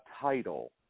title